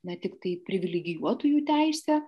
na tiktai privilegijuotųjų teisė